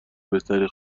بهتری